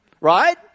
right